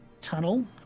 tunnel